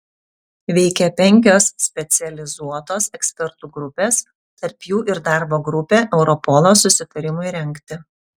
veikė penkios specializuotos ekspertų grupės tarp jų ir darbo grupė europolo susitarimui rengti